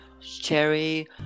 Cherry